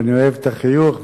ואני אוהב את החיוך,